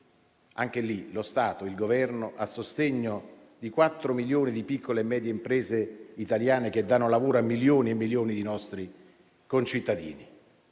anche lì lo Stato e il Governo a sostegno di 4 milioni di piccole e medie imprese italiane che danno lavoro a milioni e milioni di nostri concittadini.